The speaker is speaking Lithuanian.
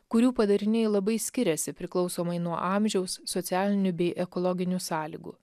kurių padariniai labai skiriasi priklausomai nuo amžiaus socialinių bei ekologinių sąlygų